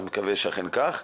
אני מקווה שאכן כך.